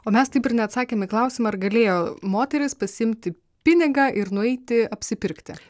o mes taip ir neatsakėm į klausimą ar galėjo moteris pasiimti pinigą ir nueiti apsipirkti